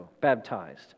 baptized